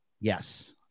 Yes